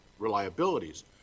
reliabilities